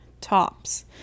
tops